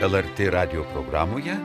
lrt radijo programoje